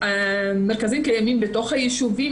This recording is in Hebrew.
המרכזים קיימים בתוך הישובים.